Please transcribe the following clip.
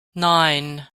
nine